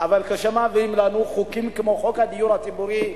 אבל כשמביאים לנו חוקים כמו חוק הדיור הציבורי,